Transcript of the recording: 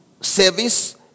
service